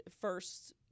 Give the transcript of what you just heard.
first